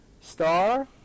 star